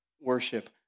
Worship